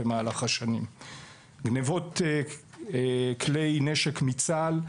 גניבות כלי נשק מצה״ל: